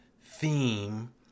theme